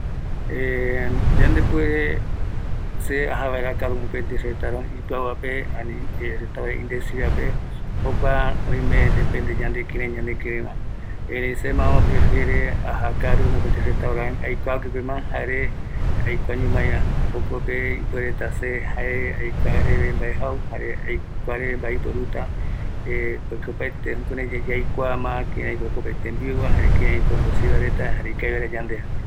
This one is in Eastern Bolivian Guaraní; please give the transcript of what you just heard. Ikaviñoi ko, se, sekirei akaru yave jaeko ma aiparavota seyeipe sekirei aesa kiraira ipiau tembiuva, oyeapova jare jëëgatu ra, esa ɨru ko aikuaa katu yae ma kirai, eh oime sekirei ajaa pe aja aikua, ometa jau va erei ikaviñoi se aesa jokua tembiu piau aesa va jokope aja vaera akaru